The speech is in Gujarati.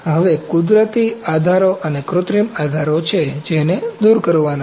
હવે કુદરતી આધારો અને કૃત્રિમ આધારો છે જેને દૂર કરવાના છે